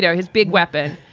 yeah his big weapon.